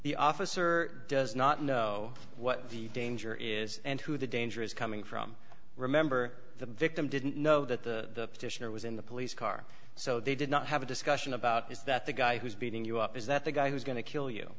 the officer does not know what the danger is and who the danger is coming from remember the victim didn't know that the petitioner was in the police car so they did not have a discussion about is that the guy who's beating you up is that the guy who's going to kill you